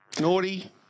naughty